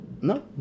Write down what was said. No